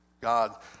God